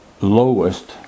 lowest